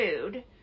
food